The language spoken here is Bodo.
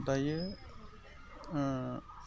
दायो